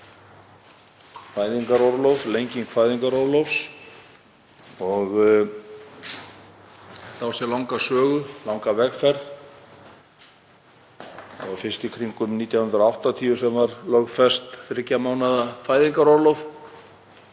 fæðingarorlof, lengingu fæðingarorlofs. Þetta á sér langa sögu, langa vegferð. Það var fyrst í kringum 1980 sem var lögfest þriggja mánaða fæðingarorlof